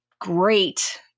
great